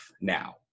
now